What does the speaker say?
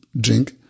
drink